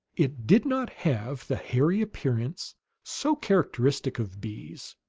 it did not have the hairy appearance so characteristic of bees